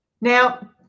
Now